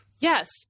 Yes